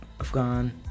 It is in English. Afghan